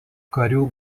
karių